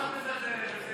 למה את מזלזלת בזה?